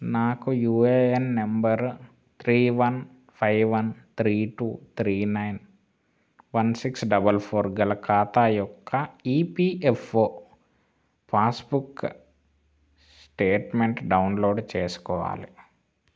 నాకు UAN number three one five one three two three nine one six double four గల ఖాతా యొక్క EPFO passbook statement download చేసుకోవాలి